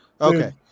Okay